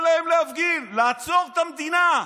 כי בא להם להפגין, לעצור את המדינה.